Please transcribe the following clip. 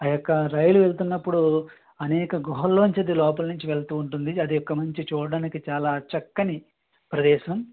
ఆ యొక్క రైలు వెళ్తున్నపుడు అనేక గుహల్లోంచి అది లోపల నుంచి వెళ్తూ ఉంటుంది అది యొక్క మంచి చూడడానికి చాలా చక్కని ప్రదేశం